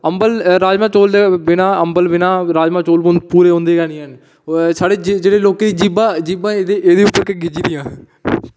अम्बल राजमांह् राजमांह चौल दे बिना अम्बल मज़ा निं ऐ साढ़े लोकें दियां जीह्बां एह्दे पर गै गिज्झी दियां न